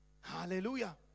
Hallelujah